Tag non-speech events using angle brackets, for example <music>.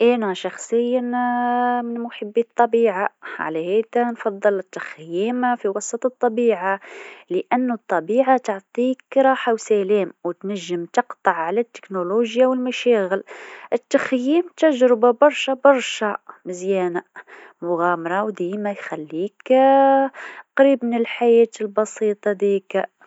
آنا شخصيا <hesitation> من محبي الطبيعه، على هاكا نفضل التخييم في وسط الطبيعه، لأنو الطبيعه تعطيك راحه و سلام وتنجم تقطع على التكنولوجيا والمشاغل، التخييم تجربه برشا برشا مزيانه، مغامره و ديمه يخليك <hesitation> قريب من الحياة البسيطه هذيكا.